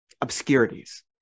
obscurities